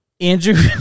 Andrew